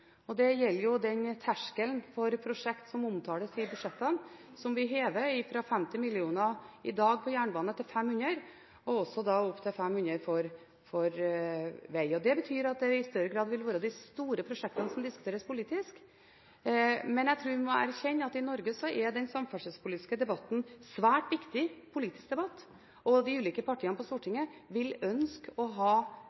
Det gjelder den terskelen for prosjekter som omtales i budsjettene, som vi hever fra 50 mill. kr i dag til 500 mill. kr på jernbane, og opp til 500 mill. kr også for veg. Det betyr at det i større grad vil være de store prosjektene som diskuteres politisk. Men jeg tror vi må erkjenne at i Norge er den samferdselspolitiske debatten en svært viktig politisk debatt. De ulike partiene på